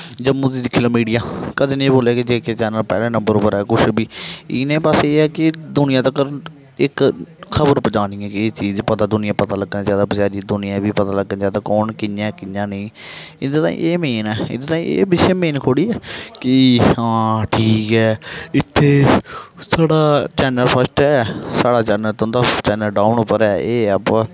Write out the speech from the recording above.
जम्मू दी दिक्खी लैओ मिडिया कदें नेईं बोलआ कि जे के चैनल पैह्लें नंबर उप्पर ऐ कुसै बी इ' बस एह् ऐ कि दुनिया तकर इक खब़र पजानी ऐ के एह् चीज ऐ पता दुनियां पता लग्गना चाहिदा बचारी दुनियां गी बी पता लग्गना चाहिदा कौन कि'यां ऐ कि'यां नेईं इं'दे ताहीं एह् मेन ऐ एहदे ताहीं बिशे मेन थोह्ड़ी ऐ कि हां ठीक ऐ इत्थे साढ़ा चैनल फस्ट ऐ साढ़ा चैनल तुं'दा चैनल डाउन उप्पर ऐ एह् है बो ऐ